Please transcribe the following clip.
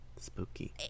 Spooky